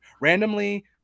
Randomly